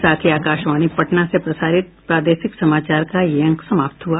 इसके साथ ही आकाशवाणी पटना से प्रसारित प्रादेशिक समाचार का ये अंक समाप्त हुआ